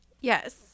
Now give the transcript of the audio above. Yes